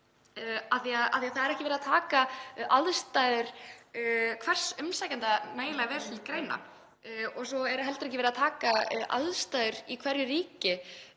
Íslandi. Það er ekki verið að taka aðstæður hvers umsækjanda nægilega vel til greina og svo er heldur ekki verið að taka aðstæður í hverju ríki